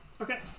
Okay